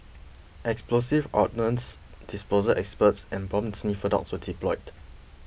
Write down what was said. explosives ordnance disposal experts and bomb sniffer dogs were deployed